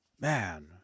Man